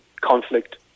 conflict